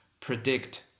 predict